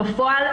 בפועל,